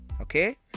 Okay